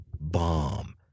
bomb